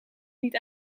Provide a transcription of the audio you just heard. niet